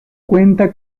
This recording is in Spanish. cuenta